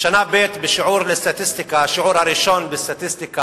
בשנה ב' בשיעור הראשון בסטטיסטיקה,